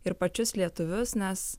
ir pačius lietuvius nes